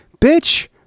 bitch